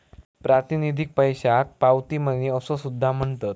प्रातिनिधिक पैशाक पावती मनी असो सुद्धा म्हणतत